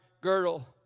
girdle